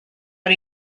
but